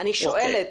אני שואלת,